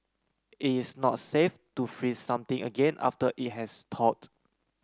it is not safe to freeze something again after it has thawed